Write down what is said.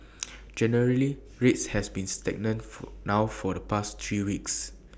generally rates have been stagnant for now for the past three weeks